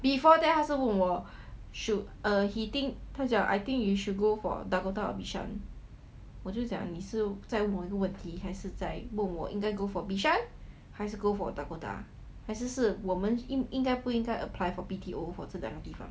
before that 他是问我 should I think we should go for dakota or bishan 我就讲你是在问我一个问题还是在问我应该 go for bishan 还是 go for dakota 还是是我们应该不应该 apply for B_T_O for 这两个地方